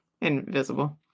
Invisible